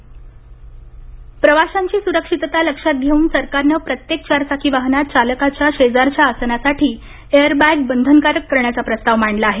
airbag प्रवाशांची सुरक्षितता लक्षात घेऊन सरकारनं प्रत्येक चारचाकी वाहनात चालकाच्या शेजारच्या आसनासाठी एअरबॅग बंधनकारक करण्याचा प्रस्ताव मांडला आहे